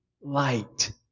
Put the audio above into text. light